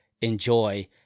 enjoy